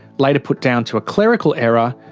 later put down to a clerical error,